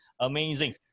amazing